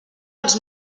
els